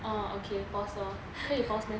oh okay pause lor 可以 pause meh